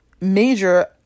major